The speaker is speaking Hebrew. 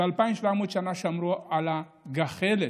ו-2,700 שנה שמרו על הגחלת.